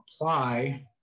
apply